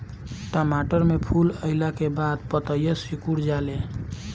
टमाटर में फूल अईला के बाद पतईया सुकुर जाले?